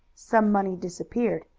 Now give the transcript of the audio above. some money disappeared,